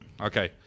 Okay